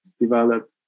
develop